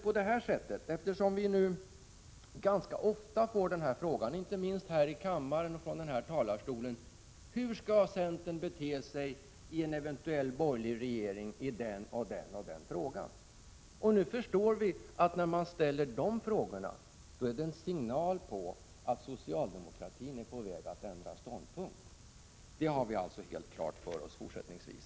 Vi får i centern ganska ofta, inte minst här i kammaren, frågan: Hur skall centern bete sig i en eventuell borgerlig regering i det och det ärendet? Jag förstår nu att den frågan är en signal om att socialdemokratin är på väg att ändra ståndpunkt — det står helt klart fortsättningsvis.